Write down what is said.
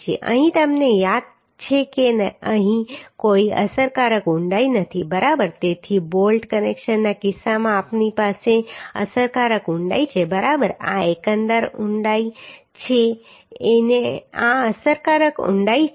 અહીં તમને યાદ છે કે અહીં કોઈ અસરકારક ઊંડાઈ નથી બરાબર તેથી બોલ્ટ કનેક્શનના કિસ્સામાં આપણી પાસે અસરકારક ઊંડાઈ છે બરાબર આ એકંદર ઊંડાઈ છે અને આ અસરકારક ઊંડાઈ છે